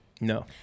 No